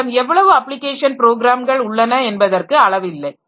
நம்மிடம் எவ்வளவு அப்ளிகேஷன் ப்ரோக்ராம்கள் உள்ளன என்பதற்கு அளவு இல்லை